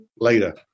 later